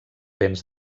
vents